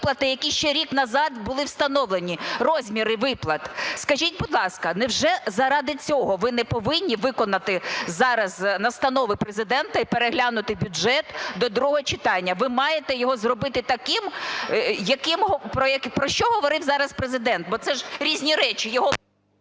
виплати, які ще рік назад були встановлені, розміри виплат. Скажіть, будь ласка, невже заради цього ви не повинні виконати зараз настанови Президента і переглянути бюджет до другого читання? Ви маєте його зробити таким… про що говорив зараз Президент, бо це ж різні речі.